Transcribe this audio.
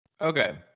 Okay